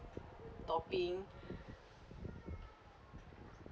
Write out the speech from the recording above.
topping